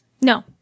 No